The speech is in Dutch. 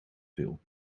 veel